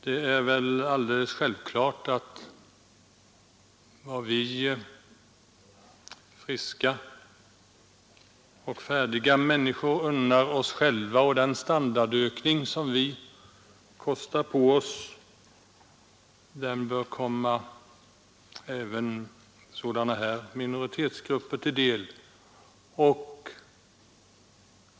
Det är alldeles självklart att vad vi friska och färdiga människor unnar oss själva det bör komma även dessa minoritetsgrupper till del, liksom den standardökning som vi kostar på oss.